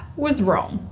was wrong.